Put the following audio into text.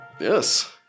Yes